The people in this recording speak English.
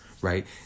right